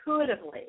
intuitively